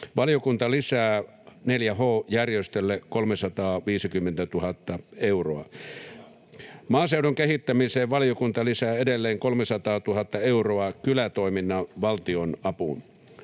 Erinomaisesti toimittu!] Maaseudun kehittämiseen valiokunta lisää edelleen 300 000 euroa kylätoiminnan valtionapuun.